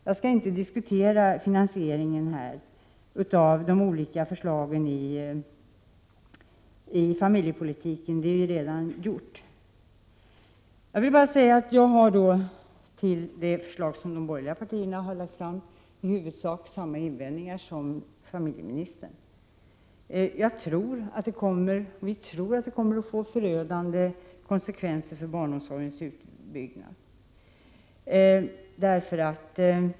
Jag skall inte diskutera finansieringen av de olika förslagen i familjepolitiken, det är redan gjort. Jag vill bara säga att jag till de borgerliga partiernas förslag har i huvudsak samma invändningar som familjeministern. Vi tror att det kommer att få förödande konsekvenser för barnomsorgens utbyggnad.